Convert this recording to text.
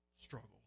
struggle